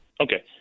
okay